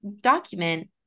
document